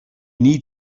need